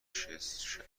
شکست